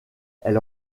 elle